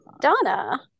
Donna